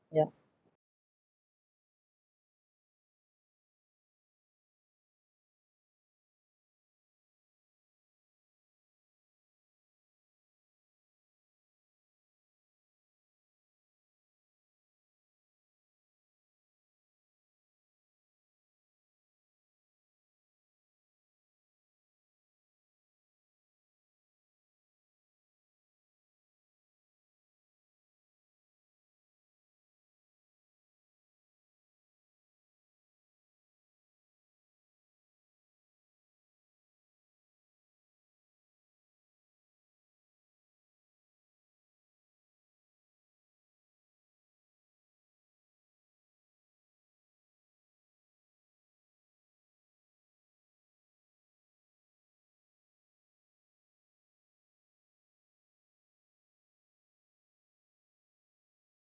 ya